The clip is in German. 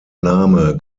name